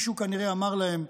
משהו כנראה אמר להם,